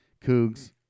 Cougs